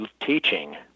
teaching